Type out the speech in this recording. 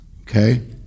Okay